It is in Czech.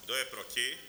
Kdo je proti?